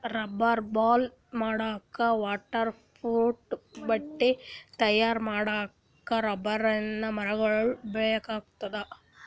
rubber balls ಮಾಡಕ್ಕಾ waterproof ಬಟ್ಟಿ ತಯಾರ್ ಮಾಡಕ್ಕ್ ರಬ್ಬರಿನ್ ಮರಗೊಳ್ ಬೇಕಾಗ್ತಾವ